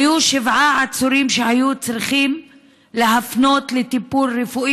היו שבעה עצורים שהיה צריך להפנות לטיפול רפואי